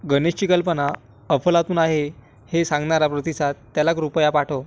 गनेशची कल्पना अफलातून आहे हे सांगणारा प्रतिसाद त्याला कृपया पाठव